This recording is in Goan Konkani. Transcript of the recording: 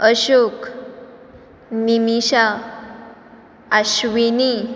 अशोक मिमिशा आश्विनी